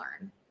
learn